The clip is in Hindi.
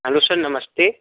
हैलो सर नमस्ते